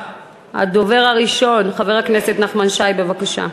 הדובר הראשון, חבר הכנסת נחמן שי, בבקשה.